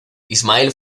ismael